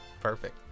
perfect